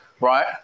right